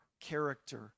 character